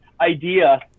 idea